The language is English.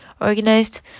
organized